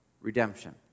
redemption